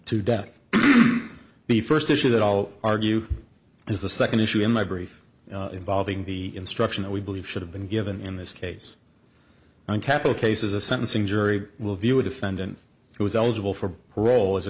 to death the first issue that all argue is the second issue in my brief involving the instruction that we believe should have been given in this case on capital cases a sentencing jury will view a defendant who is eligible for parole as a